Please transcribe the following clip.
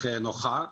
נוחה.